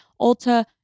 Ulta